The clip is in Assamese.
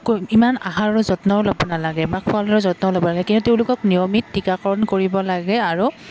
ইমান আহাৰৰ যত্নও ল'ব নালাগে বা খোৱা লোৱাৰ যত্ন ল'ব নালাগে কিন্তু তেওঁলোকক নিয়মিত টীকৰণ কৰিব লাগে আৰু